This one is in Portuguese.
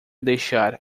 deixar